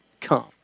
come